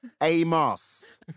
Amos